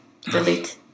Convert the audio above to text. Delete